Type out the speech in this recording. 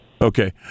Okay